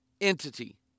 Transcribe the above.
entity